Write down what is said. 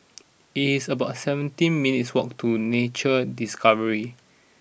it's about seventeen minutes' walk to Nature Discovery